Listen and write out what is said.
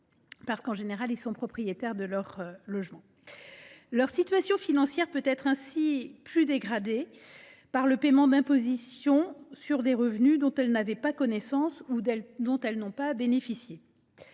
étant en général propriétaires de leur logement. Leur situation financière peut être ainsi plus dégradée par le paiement d’imposition sur des revenus dont elles n’avaient pas connaissance ou dont elles n’ont pas bénéficié.